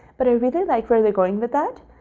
but i really like where they're going with that,